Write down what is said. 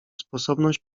sposobność